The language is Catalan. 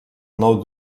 nou